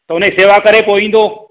त हुनजी सेवा करे पोइ ईंदो